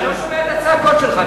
אני לא שומע את הצעקות שלך.